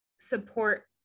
support